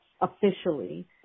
officially